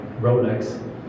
Rolex